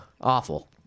awful